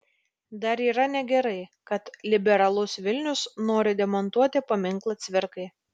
dar yra negerai kad liberalus vilnius nori demontuoti paminklą cvirkai